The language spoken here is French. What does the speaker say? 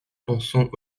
pensons